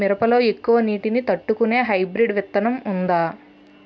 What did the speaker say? మిరప లో ఎక్కువ నీటి ని తట్టుకునే హైబ్రిడ్ విత్తనం వుందా?